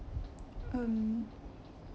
um